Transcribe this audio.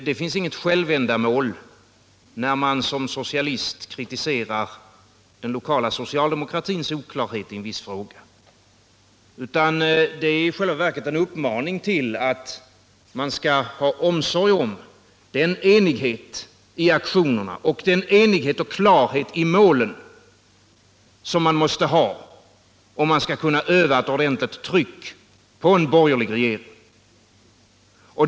Det finns inget självändamål när man som socialist kritiserar den lokala socialdemokratins oklarhet i en viss fråga, utan det är i själva verket en uppmaning att man skall ha omsorg om den enighet i aktionerna och den enighet och klarhet i målen som man måste ha om man skall kunna öva ett ordentligt tryck på en borgerlig regering.